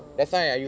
oh